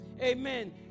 amen